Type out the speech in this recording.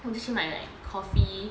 我就去买 like coffee